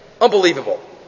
Unbelievable